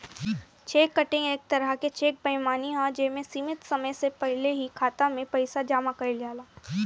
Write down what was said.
check cutting एक तरह के चेक बेईमानी ह जे में सीमित समय के पहिल ही खाता में पइसा जामा कइल जाला